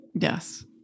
Yes